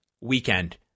weekend